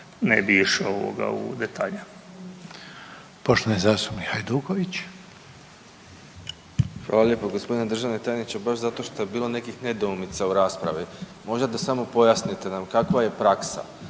ne bi išao u detalje.